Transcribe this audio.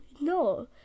No